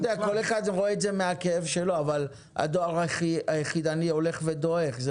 כל אחד רואה את זה מהכאב שלו אבל הדואר היחידני הולך ודועך.